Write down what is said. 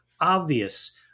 obvious